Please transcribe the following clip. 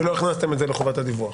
ולא הכנסתם את זה לחובת הדיווח.